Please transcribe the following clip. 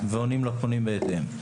ועונים לפונים בהתאם.